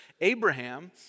Abraham